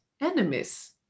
enemies